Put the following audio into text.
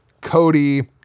Cody